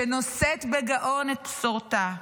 שנושאת בגאון את בשורתה,